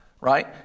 right